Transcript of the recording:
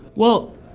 well,